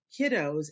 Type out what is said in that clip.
kiddos